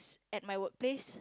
at my work place